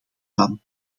van